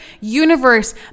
universe